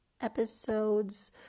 episodes